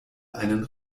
einen